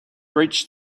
reached